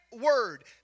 word